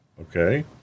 Okay